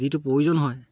যিটো প্ৰয়োজন হয়